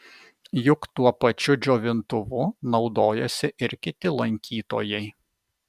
juk tuo pačiu džiovintuvu naudojasi ir kiti lankytojai